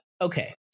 okay